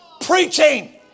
Preaching